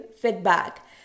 feedback